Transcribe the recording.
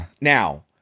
Now